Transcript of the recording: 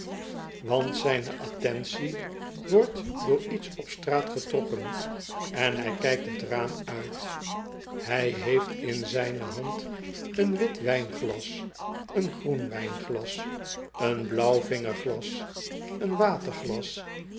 want zijne attentie wordt door iets op straat getrokken en hij kijkt t raam uit hij heeft in zijne hand een wit wijnglas een groen wijnglas een blauw vingerglas oen